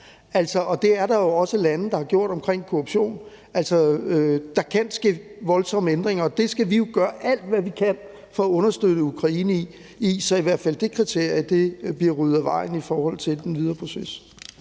det er der jo også lande der har gjort omkring korruption. Der kan ske voldsomme ændringer, og det skal vi jo gøre alt hvad vi kan for at understøtte Ukraine i, så i hvert fald det kriterie bliver ryddet af vejen i forhold til den videre proces.